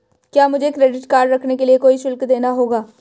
क्या मुझे credit card रखने के लिए कोई शुल्क देना होगा?